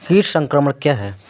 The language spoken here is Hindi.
कीट संक्रमण क्या है?